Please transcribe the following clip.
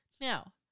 Now